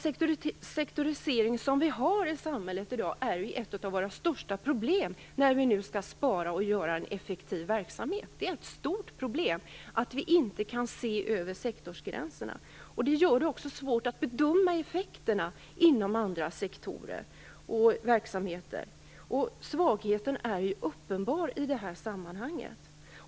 Sektoriseringen i samhället i dag är ett av våra största problem när vi skall spara och göra verksamheten effektiv. Det är ett stort problem att vi inte kan se över sektorsgränserna. Det gör att det också blir svårt att bedöma effekterna inom andra sektorer och verksamheter. Svagheten är uppenbar i det här sammanhanget.